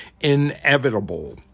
inevitable